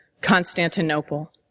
Constantinople